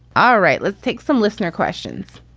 all right. let's take some listener questions.